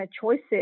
choices